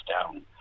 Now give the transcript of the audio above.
Down